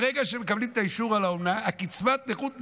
ברגע שמקבלים את האישור על האומנה קצבת הנכות נעלמת.